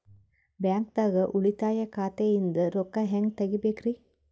ಬ್ಯಾಂಕ್ದಾಗ ಉಳಿತಾಯ ಖಾತೆ ಇಂದ್ ರೊಕ್ಕ ಹೆಂಗ್ ತಗಿಬೇಕ್ರಿ?